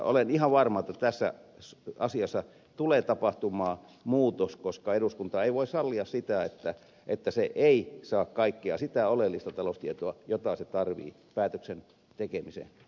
olen ihan varma että tässä asiassa tulee tapahtumaan muutos koska eduskunta ei voi sallia sitä että se ei saa kaikkea sitä oleellista taloustietoa jota se tarvitsee päätöksen tekemisen pohjaksi